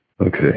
Okay